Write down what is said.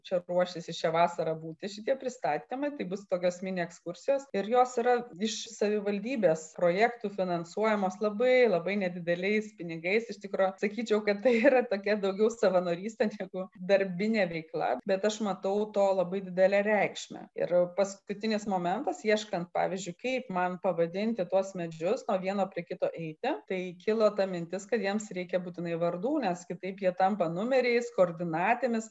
čia ruošiasi šią vasarą būti šitie pristatymai tai bus tokios mini ekskursijos ir jos yra iš savivaldybės projektų finansuojamos labai labai nedideliais pinigais iš tikro sakyčiau kad tai yra tokia daugiau savanorystė negu darbinė veikla bet aš matau to labai didelę reikšmę ir paskutinis momentas ieškant pavyzdžiui kaip man pavadinti tuos medžius nuo vieno prie kito eiti tai kilo ta mintis kad jiems reikia būtinai vardų nes kitaip jie tampa numeriais koordinatėmis